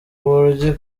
buryo